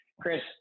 Chris